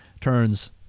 turns